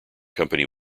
company